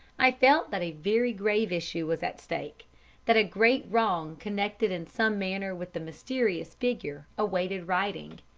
i felt that a very grave issue was at stake that a great wrong connected in some manner with the mysterious figure awaited righting,